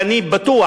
ואני בטוח,